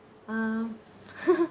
uh